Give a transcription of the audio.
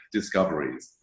Discoveries